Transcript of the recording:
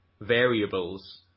variables